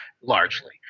largely